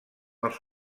els